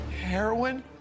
Heroin